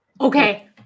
Okay